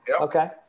Okay